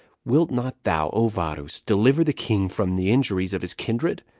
wilt not thou, o varus! deliver the king from the injuries of his kindred?